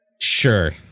Sure